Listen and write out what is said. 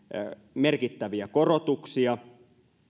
merkittäviä korotuksia